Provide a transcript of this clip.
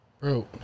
Bro